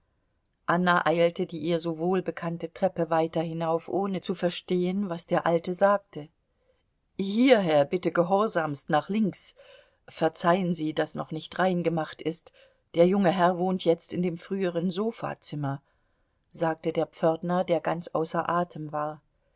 anna eilte die ihr so wohlbekannte treppe weiter hinauf ohne zu verstehen was der alte sagte hierher bitte gehorsamst nach links verzeihen sie daß noch nicht rein gemacht ist der junge herr wohnt jetzt in dem früheren sofazimmer sagte der pförtner der ganz außer atem war